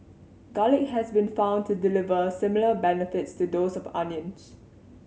garlic has been found to deliver similar benefits to those of onions